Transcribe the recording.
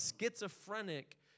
schizophrenic